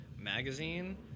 Magazine